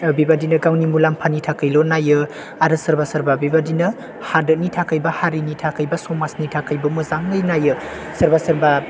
बेबायदिनो गावनि मुलाम्फानि थाखायल' नायो आरो सोरबा सोरबा बेबायदिनो हादोरनि थाखाय बा हारिनि थाखाय बा समाजनि थाखायबो मोजाङै नायो सोरबा सोरबा